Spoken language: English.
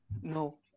No